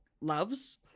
loves